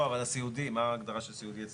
לא, אבל סיעודי, מה ההגדרה של סיעודי אצלכם?